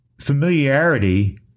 familiarity